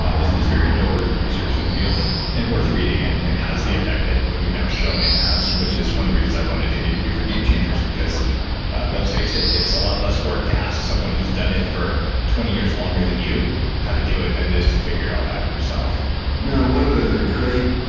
ah is is very noteworthy research in the field and worth reading and and has the effect that what you've now shown it has, which is one of the reasons i wanted to interview for game changers because let's face it, it's a lot less work to ask someone who's done it for twenty years longer than you how to do it, than it is to figure it all out yourself now, one of the great